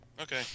Okay